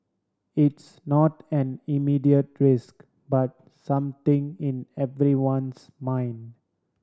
it's not an immediate risk but something in everyone's mind